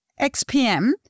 XPM